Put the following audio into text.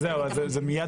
אמרו לי